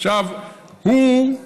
הוא,